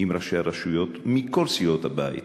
עם ראשי הרשויות, מכל סיעות הבית,